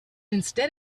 instead